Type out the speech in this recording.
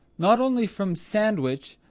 not only from sandwich,